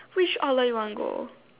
which outlet you want go